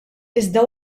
iżda